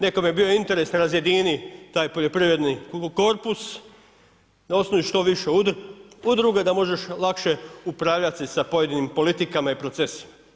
Nekome je bio interes da razjedini taj poljoprivredni korpus, da osnuje što više udruga da može lakše upravljati sa pojedinim politikama i procesima.